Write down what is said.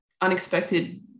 unexpected